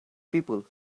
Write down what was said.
people